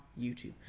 YouTube